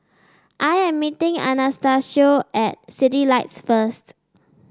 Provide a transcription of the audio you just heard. I am meeting Anastacio at Citylights first